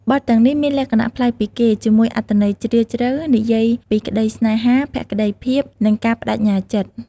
បទទាំងនេះមានលក្ខណៈប្លែកពីគេ ជាមួយអត្ថន័យជ្រាលជ្រៅ និយាយពីក្ដីស្នេហា ភក្ដីភាព និងការប្ដេជ្ញាចិត្ត។